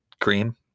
cream